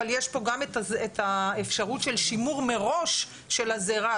אבל יש פה גם את האפשרות של שימור מראש של הזרע,